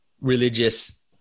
religious